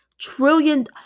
trillion –